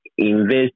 invest